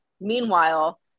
Meanwhile